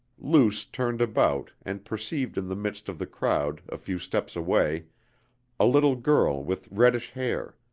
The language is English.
luce turned about and perceived in the midst of the crowd a few steps away a little girl with reddish hair,